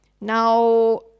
now